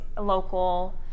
local